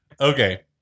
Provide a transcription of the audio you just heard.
Okay